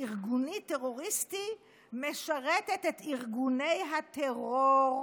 ארגוני טרוריסטי משרתת את ארגוני הטרור,